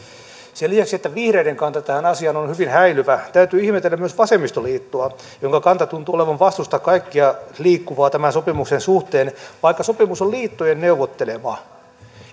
sen lisäksi että vihreiden kanta tähän asiaan on hyvin häilyvä täytyy ihmetellä myös vasemmistoliittoa jonka kanta tuntuu olevan että vastustetaan kaikkea liikkuvaa tämän sopimuksen suhteen vaikka sopimus on liittojen neuvottelema